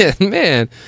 man